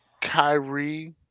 Kyrie